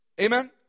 Amen